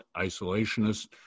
isolationist